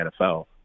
NFL